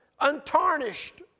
untarnished